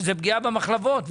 שזו פגיעה במחלבות,